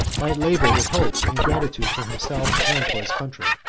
might labor with hope and gratitude for himself and for his country.